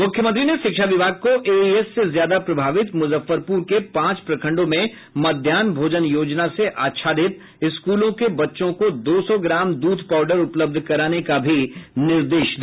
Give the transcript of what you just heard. मुख्यमंत्री ने शिक्षा विभाग को एईएस से ज्यादा प्रभावित मुजफ्फरपुर के पांच प्रखंडों में मध्याह्न भोजन योजना से आच्छादित स्कूलों के बच्चों को दो सौ ग्राम दूध पाउडर उपलब्ध कराने का निर्देश दिया